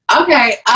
Okay